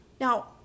Now